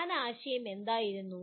പ്രധാന ആശയം എന്തായിരുന്നു